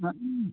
ആ മ്